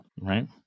Right